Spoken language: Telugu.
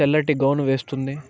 తెల్లటి గౌను వేస్తుంది